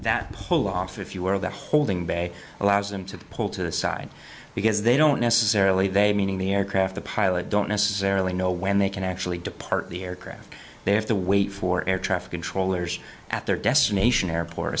that pull off if you were the holding back allows them to pull to the side because they don't necessarily they meaning the aircraft the pilot don't necessarily know when they can actually depart the aircraft they have to wait for air traffic controllers at their destination airport